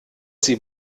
sie